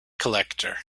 collector